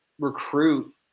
recruit